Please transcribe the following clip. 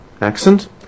accent